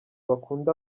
bakunda